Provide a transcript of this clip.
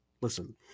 Listen